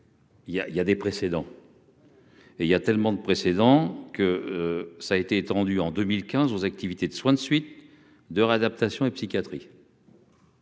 il y a des précédents. Et il y a tellement de précédents que ça a été étendue en 2015, aux activités de soins de suite et de réadaptation et psychiatrie.